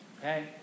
okay